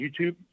YouTube